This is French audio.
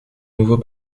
nouveau